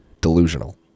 delusional